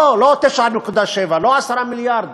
לא, לא 9.7, לא 10 מיליארד